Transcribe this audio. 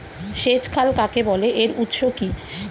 সেচ খাল কাকে বলে এর উৎস কি?